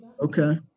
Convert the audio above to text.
Okay